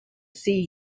see